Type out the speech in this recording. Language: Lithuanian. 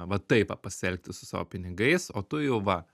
va taip va pasielgti su savo pinigais o tu jau va